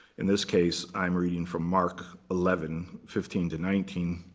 in this case, i'm reading from mark eleven fifteen to nineteen.